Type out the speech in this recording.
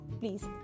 please